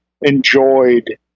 enjoyed